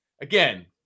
again